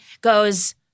goes